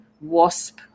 wasp